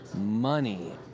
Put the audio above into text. money